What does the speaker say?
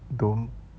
don't